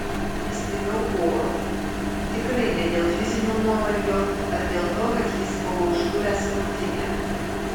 pristigau oro tikrai ne dėl fizinio nuovargio ar dėl to kad jis buvo užgulęs krūtinę